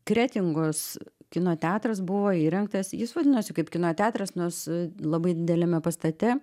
kretingos kino teatras buvo įrengtas jis vadinosi kaip kino teatras nors labai dideliame pastate